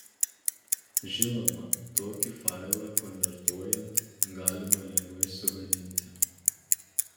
žinoma tokį failą konvertuojant galima lengvai sugadinti